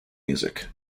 music